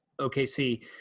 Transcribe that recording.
OKC